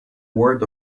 word